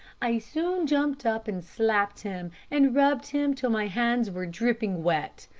i soon jumped up and slapped him, and rubbed him till my hands were dripping wet.